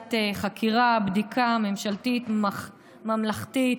ועדת חקירה, בדיקה, ממשלתית ממלכתית.